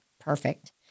Perfect